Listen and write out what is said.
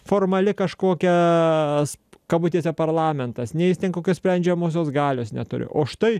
formali kažkokia kabutėse parlamentas nei jis ten kokio sprendžiamosios galios neturi o štai